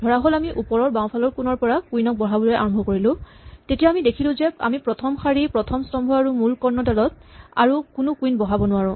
ধৰাহ'ল আমি ওপৰৰ বাওঁফালৰ কোণৰ পৰা কুইন ক বহাবলৈ আৰম্ভ কৰিলো তেতিয়া আমি দেখিলো যে আমি প্ৰথম শাৰী প্ৰথম স্তম্ভ আৰু মূল কৰ্ণ ডালত আৰু কোনো কুইন বহাব নোৱাৰো